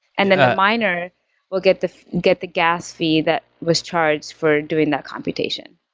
and then the miner will get the get the gas fee that was charged for doing that computation.